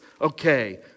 Okay